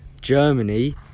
Germany